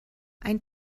ein